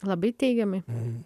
labai teigiamai